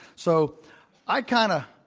so i kind of,